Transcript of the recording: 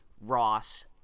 Ross